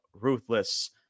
Ruthless